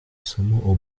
isomo